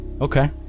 Okay